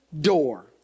door